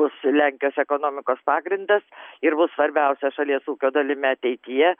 bus lenkijos ekonomikos pagrindas ir bus svarbiausia šalies ūkio dalimi ateityje